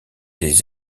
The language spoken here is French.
des